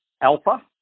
Alpha